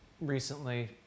recently